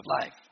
life